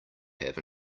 have